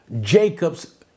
Jacob's